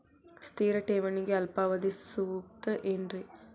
ಸ್ಥಿರ ಠೇವಣಿಗೆ ಅಲ್ಪಾವಧಿ ಸೂಕ್ತ ಏನ್ರಿ?